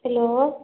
hello